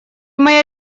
моя